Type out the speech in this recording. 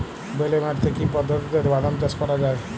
বেলে মাটিতে কি পদ্ধতিতে বাদাম চাষ করা যায়?